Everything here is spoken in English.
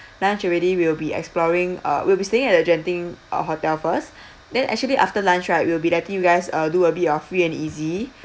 lunch already we'll be exploring uh we'll be staying at the genting uh hotel first then actually after lunch right we'll be letting you guys uh do a bit of free and easy